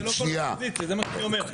זה לא כל האופוזיציה, זה מה שאני אומר.